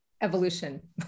Evolution